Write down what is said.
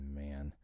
man